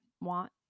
want